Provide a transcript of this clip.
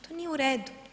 To nije u redu.